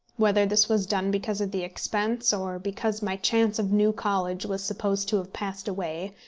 whether this was done because of the expense, or because my chance of new college was supposed to have passed away,